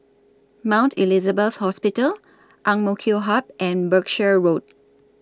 Mount Elizabeth Hospital Ang Mo Kio Hub and Berkshire Road